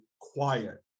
quiet